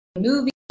movies